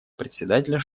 председателя